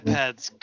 iPad's